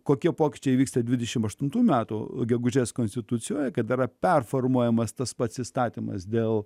kokie pokyčiai vyksta dvidešim aštuntų metų gegužes konstitucijoje kada performuojamas tas pats įstatymas dėl